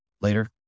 later